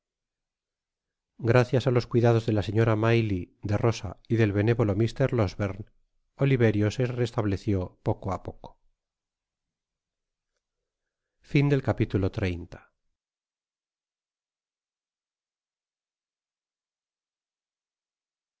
gracias á los cuidados de la señora maylie de rosa y del benévolo mr losberne oliverio se restableció poco á poco